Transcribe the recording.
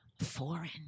foreign